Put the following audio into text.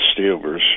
Steelers